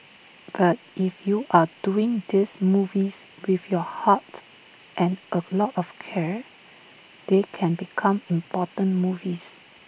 but if you're doing these movies with your heart and A lot of care they can become important movies